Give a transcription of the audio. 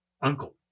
uncle